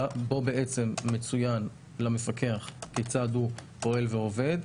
בו בעצם מצוין למפקח כיצד הוא פועל ועובד,